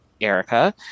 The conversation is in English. Erica